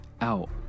out